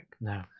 No